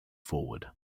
forward